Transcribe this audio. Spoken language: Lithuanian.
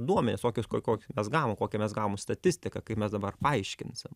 duomenis tokius kokius mes gavom kokią mes gavom statistiką kai mes dabar paaiškinsim